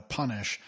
punish